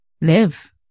live